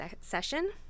session